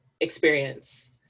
experience